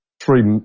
three